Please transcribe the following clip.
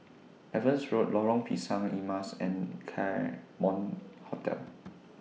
Evans Road Lorong Pisang Emas and Claremont Hotel